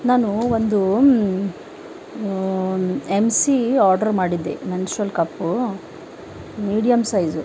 ನಾನು ಒಂದು M C order ಮಾಡಿದ್ದೆ ಮೆನ್ಸ್ಟ್ರುವಲ್ ಕಪ್ಪು ಮೀಡಿಯಮ್ ಸೈಜು